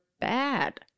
bad